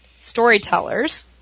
Storytellers